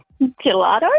gelato